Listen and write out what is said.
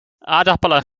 aardappelen